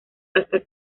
hasta